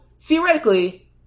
theoretically